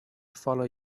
follow